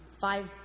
five